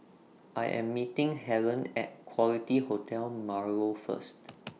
I Am meeting Hellen At Quality Hotel Marlow First